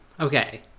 okay